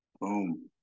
Boom